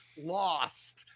lost